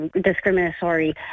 discriminatory